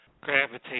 gravitate